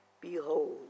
Behold